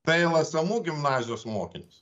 tai lsmu gimnazijos mokinius